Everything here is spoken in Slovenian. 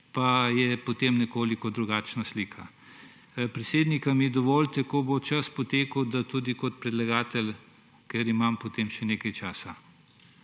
pa potem nekoliko drugačna slika. Predsednik, ali mi dovolite, ko bo čas potekel, da tudi kot predlagatelj, ker imam potem še nekaj časa?